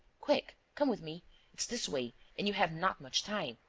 quick, come with me it's this way and you have not much time.